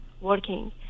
working